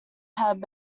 had